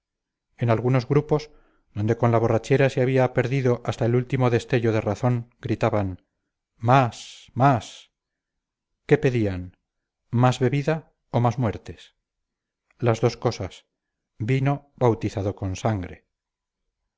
en algunos grupos donde con la borrachera se había perdido hasta el último destello de razón gritaban más más qué pedían más bebida o más muertes las dos cosas vino bautizado con sangre